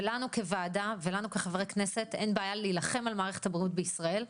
ולנו כוועדה וכחברי כנסת אין בעיה להילחם על מערכת הבריאות בישראל,